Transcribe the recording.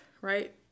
right